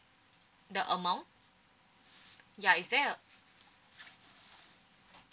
the amount ya is there a